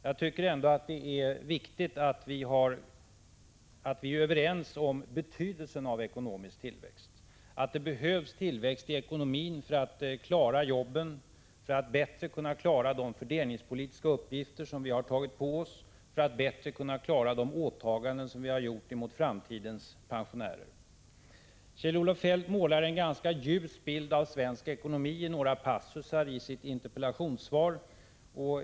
Jag tycker att det är viktigt att vi är överens om betydelsen av ekonomisk tillväxt, att vi är ense om att det behövs tillväxt i ekonomin för att klara jobben och för att bättre kunna klara de fördelningspolitiska uppgifter som vi har tagit på oss och de åtaganden som vi har gjort mot framtidens pensionärer. Kjell-Olof Feldt målade i några passusar i sitt interpellationssvar en ganska ljus bild av svensk ekonomi.